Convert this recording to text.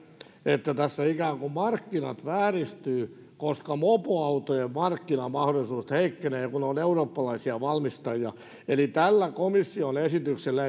että tässä ikään kuin markkinat vääristyvät koska mopoautojen markkinamahdollisuudet heikkenevät kun ne ovat eurooppalaisia valmistajia eli tällä komission esityksellä